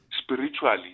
spiritually